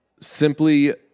simply